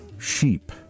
sheep